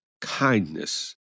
kindness